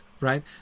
right